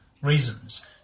reasons